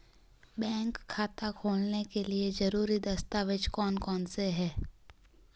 Bank खाता खोलने के लिए ज़रूरी दस्तावेज़ कौन कौनसे हैं?